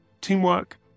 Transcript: teamwork